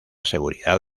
seguridad